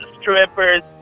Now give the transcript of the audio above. strippers